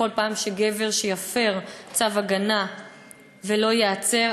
בכל פעם שגבר שיפר צו הגנה ולא ייעצר,